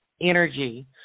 energy